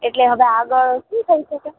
એટલે હવે આગળ શું થઈ શકે